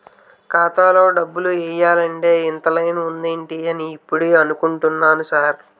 ఖాతాలో డబ్బులు ఎయ్యాలంటే ఇంత లైను ఉందేటి అని ఇప్పుడే అనుకుంటున్నా సారు